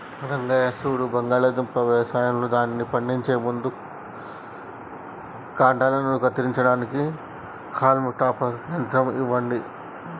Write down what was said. రంగయ్య సూడు బంగాళాదుంప యవసాయంలో దానిని పండించే ముందు కాండలను కత్తిరించడానికి హాల్మ్ టాపర్ యంత్రం ఇవ్వండి